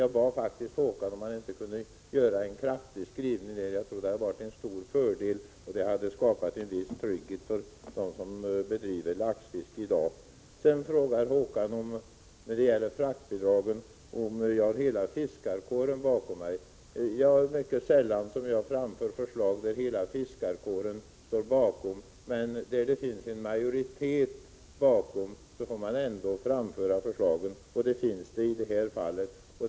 Jag bad Håkan Strömberg att göra en kraftig skrivning på den punkten, vilket skulle ha varit till stor fördel och skapat en viss trygghet för dem som bedriver laxfiske i dag. När det gäller fraktbidragen frågar Håkan Strömberg om jag har hela fiskarkåren bakom mig. Det är sällan som jag framför förslag som hela fiskarkåren står bakom, men de förslag som det står en majoritet bakom framför jag, och det finns det i detta fall.